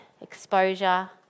exposure